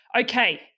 Okay